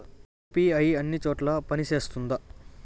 UPI అన్ని చోట్ల పని సేస్తుందా?